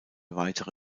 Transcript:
weitere